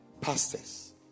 pastors